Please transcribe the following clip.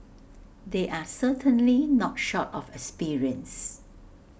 they are certainly not short of experience